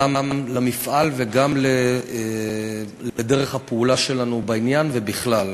גם למפעל וגם לדרך הפעולה שלנו בעניין ובכלל,